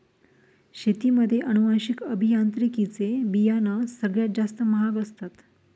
शेतीमध्ये अनुवांशिक अभियांत्रिकी चे बियाणं सगळ्यात जास्त महाग असतात